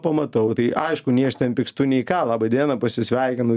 pamatau tai aišku nei aš ten pykstu nei ką laba diena pasisveikinu